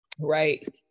right